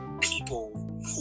people